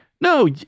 no